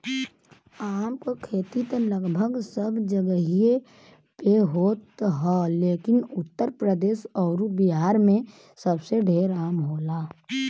आम क खेती त लगभग सब जगही पे होत ह लेकिन उत्तर प्रदेश अउरी बिहार में सबसे ढेर आम होला